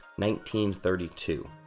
1932